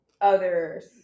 others